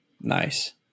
Nice